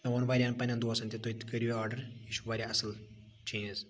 مےٚ ووٚن واریاہَن پَننن دوستَن تہِ تُہۍ تہِ کٔرِو یہِ آرڈَر یہِ چھُ واریاہ اصل چیٖز